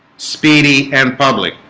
speedy and public